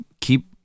keep